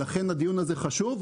לכן הדיון הזה חשוב,